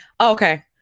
Okay